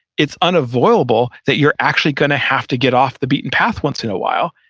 it's unavoidable that you're actually going to have to get off the beaten path once in a while.